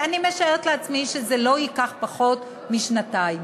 אני משערת שזה לא ייקח פחות משנתיים,